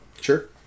Sure